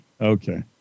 Okay